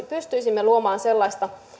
pystyisimme luomaan sellaista